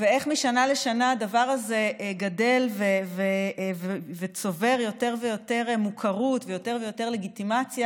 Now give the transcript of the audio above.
הדבר הזה גדל וצובר יותר ויותר מוכרות ויותר ויותר לגיטימציה.